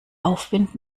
aufwind